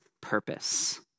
purpose